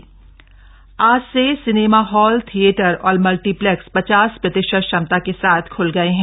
cinema hall खले आज से सिनेमाहॉल थियेटर और मल्टीप्लेक्स पचास प्रतिशत क्षमता के साथ खुल गए हैं